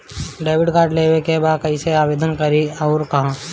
Debit card लेवे के बा कइसे आवेदन करी अउर कहाँ?